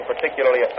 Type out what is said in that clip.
particularly